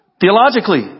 Theologically